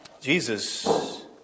Jesus